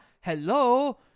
hello